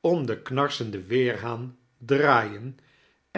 om den kna rsenden weerhaan draaien